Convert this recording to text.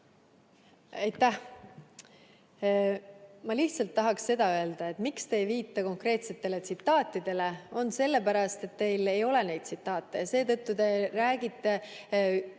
Aitäh! Ma lihtsalt tahaks seda öelda, et põhjus, miks te ei viita konkreetsetele tsitaatidele, on see, et teil ei ole neid tsitaate. Seetõttu te räägite ja